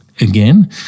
Again